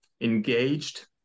engaged